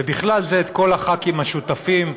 ובכלל זה את כל הח"כים השותפים.